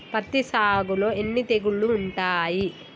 పత్తి సాగులో ఎన్ని తెగుళ్లు ఉంటాయి?